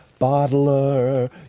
bottler